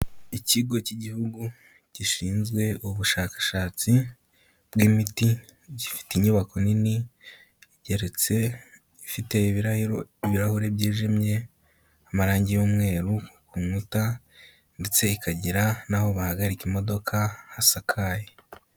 Ikigo cy'igihugu gishinzwe ubushakashatsi bw'imiti, gifite inyubako nini igeretse, ifite ibirayiro ibirahure byijimye, amarangi y'umweru ku nkuta, ndetse ikagira n'aho bahagarika imodoka hasakaye.